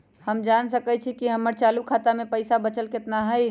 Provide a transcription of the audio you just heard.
हम जान सकई छी कि हमर चालू खाता में पइसा बचल कितना हई